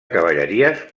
cavalleries